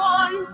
one